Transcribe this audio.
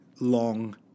long